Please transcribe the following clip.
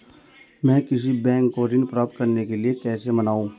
मैं किसी बैंक को ऋण प्राप्त करने के लिए कैसे मनाऊं?